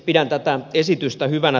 pidän tätä esitystä hyvänä